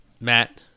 Matt